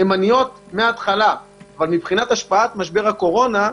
אבל מבחינת השפעת משבר הקורונה,